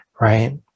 right